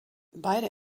beide